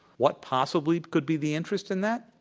what possibly could be the interest in that?